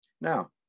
Now